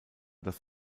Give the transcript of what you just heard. das